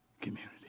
community